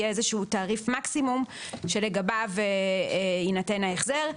יהיה איזשהו תעריף מקסימום שלגביו יינתן ההחזר.